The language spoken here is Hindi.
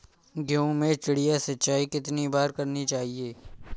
गेहूँ में चिड़िया सिंचाई कितनी बार करनी चाहिए?